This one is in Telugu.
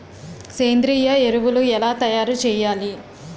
సేంద్రీయ ఎరువులు ఎలా తయారు చేయాలి?